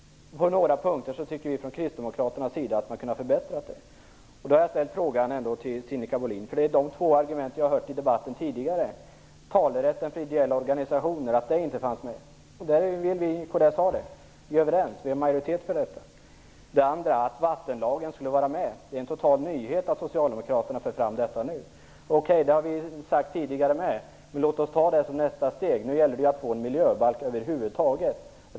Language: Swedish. Från kristdemokraternas sida tycker vi att man hade kunnat förbättra det på några punkter. Vi har tidigare under debatten hört två argument. Det första är att talerätten för ideella organisationer inte fanns med. Där är vi överens. Det finns en majoritet för detta. Det andra är att vattenlagen borde vara med. Det är en total nyhet att Socialdemokraterna nu för fram detta. Det har vi i och för sig också sagt tidigare, men låt oss ta det som nästa steg. Nu gäller det att få en miljöbalk över huvud taget.